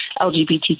lgbtq